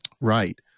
Right